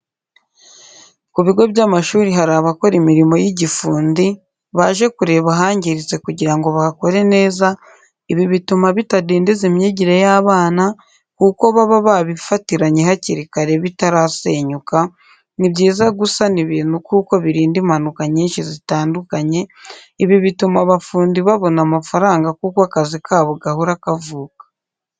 Ku bigo by'amashuri hari abakora imirimo y'igifundi, baje kureba ahangiritse kugira ngo bahakore neza, ibi bituma bitadindiza imyigire y'abana, kuko baba babifatiranye hakiri kare bitarasenyuka, ni byiza gusana ibintu kuko birinda impanuka nyinshi zitandukanye, ibi bituma abafundi babona amafaranga kuko akazi kabo gahora kavuka.